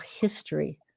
history